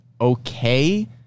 okay